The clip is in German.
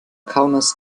kaunas